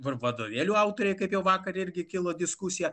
vadovėlių autoriai kaip jau vakar irgi kilo diskusija